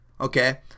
Okay